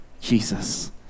Jesus